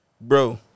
Bro